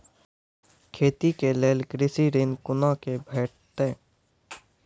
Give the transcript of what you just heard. खेती के लेल कृषि ऋण कुना के भेंटते?